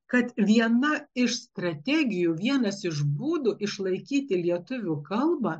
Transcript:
kad viena iš strategijų vienas iš būdų išlaikyti lietuvių kalbą